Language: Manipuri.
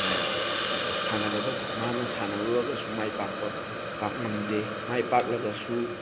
ꯁꯥꯟꯅꯕꯗ ꯃꯥꯅ ꯁꯥꯟꯅꯔꯨꯔꯒꯁꯨ ꯃꯥꯏ ꯄꯥꯛꯄ ꯄꯥꯛ ꯉꯝꯗꯦ ꯃꯥꯏ ꯄꯥꯛꯂꯒꯁꯨ